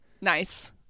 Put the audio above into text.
Nice